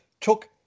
took